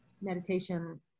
meditation